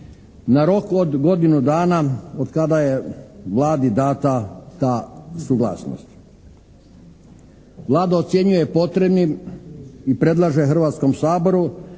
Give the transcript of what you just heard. na rok od godinu dana od kada je Vladi data ta suglasnost. Vlada ocjenjuje potrebnim i predlaže Hrvatskom saboru